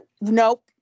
Nope